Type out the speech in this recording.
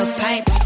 pipe